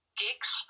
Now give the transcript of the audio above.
gigs